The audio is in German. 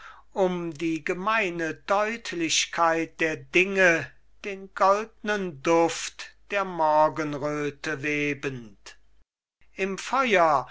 um die gemeine deutlichkeit der dinge den goldnen duft der morgenröte webend im feuer